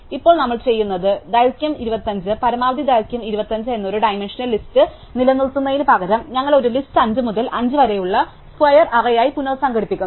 അതിനാൽ ഇപ്പോൾ നമ്മൾ ചെയ്യുന്നത് ദൈർഘ്യം 25 പരമാവധി ദൈർഘ്യം 25 എന്ന ഒരു ഡൈമൻഷണൽ ലിസ്റ്റ് നിലനിർത്തുന്നതിനുപകരം ഞങ്ങൾ ഈ ലിസ്റ്റ് 5 മുതൽ 5 വരെയുള്ള സ്ക്വയർ അറേയായി പുനസംഘടിപ്പിക്കുന്നു